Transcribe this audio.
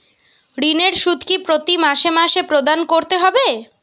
ঋণের সুদ কি প্রতি মাসে মাসে প্রদান করতে হবে?